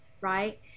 right